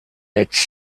its